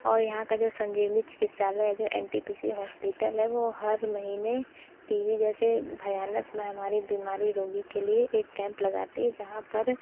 और यहाँ का जो संजीवनी चिकित्सालय है जो N T P C hospital है वो हर महीने टी बी जैसे भयानक महामारी बीमारी रोगी के लिए एक कैंप लगाती हैं जहाँ पर